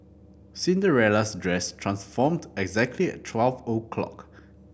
Cinderella's dress transformed exactly at twelve o'clock